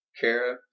Kara